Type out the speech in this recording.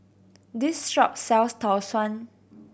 this shop sells Tau Suan